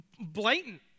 blatant